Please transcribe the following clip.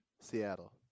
Seattle